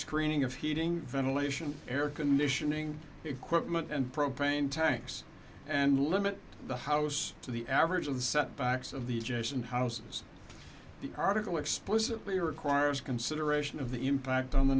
screening of heating ventilation air conditioning equipment and propane tanks and limit the house to the average of the setbacks of the adjacent houses the article explicitly requires consideration of the impact on the